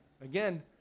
again